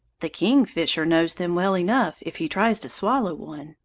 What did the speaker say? the kingfisher knows them well enough, if he tries to swallow one,